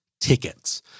tickets